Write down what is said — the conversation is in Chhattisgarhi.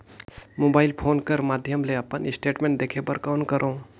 मोबाइल फोन कर माध्यम ले अपन स्टेटमेंट देखे बर कौन करों?